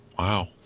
Wow